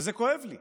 וזה כואב לי,